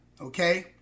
okay